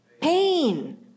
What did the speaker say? Pain